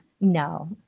No